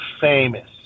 famous